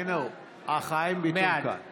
בעד